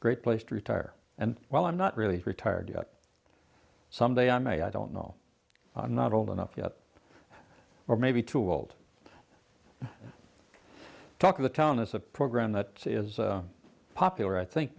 great place to retire and well i'm not really retired yet someday i may i don't know i'm not old enough yet or maybe too old talk of the town is a program that is popular i think